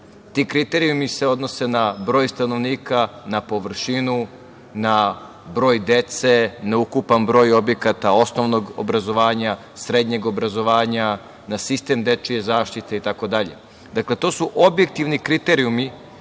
Ti kriterijumi se odnose na broj stanovnika, na površinu, na broj dece, na ukupan broj objekata osnovnog obrazovanja, srednjeg obrazovanja, na sistem dečije zaštite itd. Dakle, to su objektivni kriterijumi